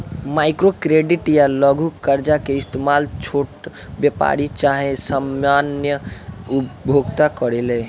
micro credit या लघु कर्जा के इस्तमाल छोट व्यापारी चाहे सामान्य उपभोक्ता करेले